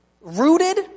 Rooted